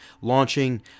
launching